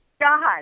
God